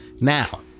now